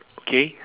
okay